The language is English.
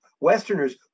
Westerners